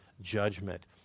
judgment